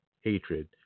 hatred